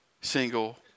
single